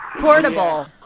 Portable